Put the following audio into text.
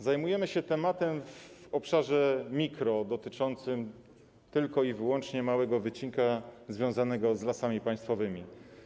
Zajmujemy się tematem w obszarze mikro-, dotyczącym tylko i wyłącznie małego wycinka związanego z Lasami Państwowymi.